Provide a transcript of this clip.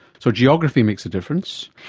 so geography makes a difference.